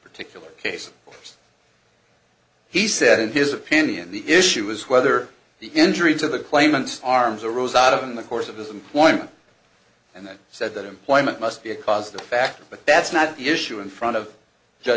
particular case as he said in his opinion the issue is whether the injury to the claimants arms arose out of in the course of his employment and then said that employment must be a cause the factor but that's not the issue in front of